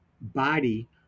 body